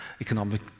economic